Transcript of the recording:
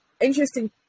interesting